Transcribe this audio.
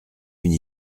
une